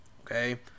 Okay